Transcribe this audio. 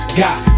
got